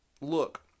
look